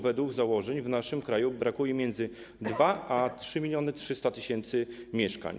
Według założeń w naszym kraju brakuje między 2 mln a 3300 tys. mieszkań.